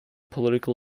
political